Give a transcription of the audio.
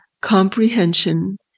comprehension